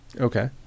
okay